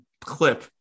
clip